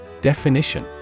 Definition